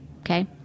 okay